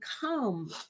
come